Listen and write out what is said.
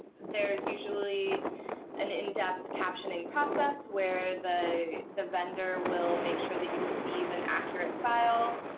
there is usually an in-depth captioning process, where the the vendor will make sure that you receive an accurate file.